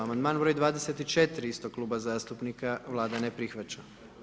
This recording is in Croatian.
Amandman broj 24., istog kluba zastupnika, Vlada ne prihvaća.